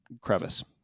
crevice